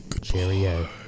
Cheerio